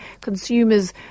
consumers